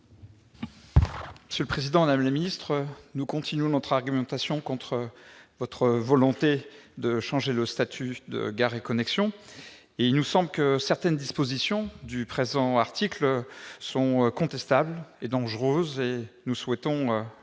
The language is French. M. Pierre Ouzoulias. Madame la ministre, nous continuons à argumenter contre votre volonté de changer le statut de Gares & Connexions. Il nous semble que certaines dispositions du présent article sont contestables et dangereuses ; nous souhaitons